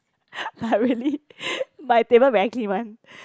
really my table very clean one